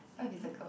what is the goal